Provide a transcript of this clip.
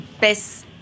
best